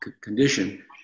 condition